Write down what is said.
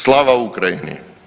Slava Ukrajini.